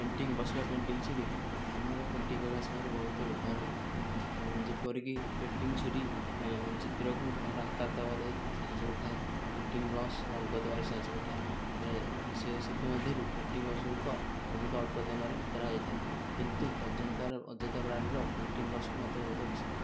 painting brush ବା painting ଛୁରୀ ଆମର ପେଣ୍ଟିଂ କରିବା ସମୟରେ ବହୁତ ବ୍ୟବହାର ହୋଇଥାଏ ଯେପରିକି ପେଣ୍ଟିଂ ଛୁରୀ ଚିତ୍ରକୁ ତାର ଆକାର ଦେବାରେ ସାହାଯ୍ୟ କରିଥାଏ ପେଣ୍ଟିଂ ବ୍ରସ ରଙ୍ଗ ଦେବାରେ ସାହାଯ୍ୟ କରିଥାଏ ସେଥିମଧ୍ୟରୁ ପେଣ୍ଟିଂ ବ୍ରସ ଗୁଡ଼ିକ ବହୁତ ଅଳ୍ପ ଦିନରେ ଖତରା ହେଇଯାଇଥାଏ କିନ୍ତୁ ଅଜନ୍ତାର ଅଜନ୍ତା ବ୍ରାଣ୍ଡର ପେଣ୍ଟିଂ ବ୍ରସକୁ ମୋତେ ବହୁତ ପସନ୍ଦ